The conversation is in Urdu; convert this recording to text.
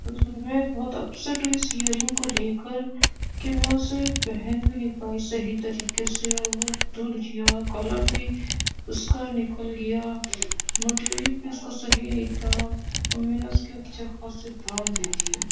میں بہت اپسیٹ ہوئی اس ایئر رنگ کو لے کر کہ میں اسے پہن بھی نہیں پائی صحیح طریقے سے اور وہ ٹوٹ گیا کلر بھی اس کا نکل گیا مٹیریل بھی اس کا صحیح نہیں تھا اور میں نے اس کے اچھے خاصے دام بھی دے دیے